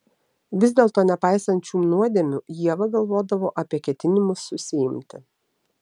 vis dėlto nepaisant šių nuodėmių ieva galvodavo apie ketinimus susiimti